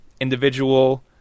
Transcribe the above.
individual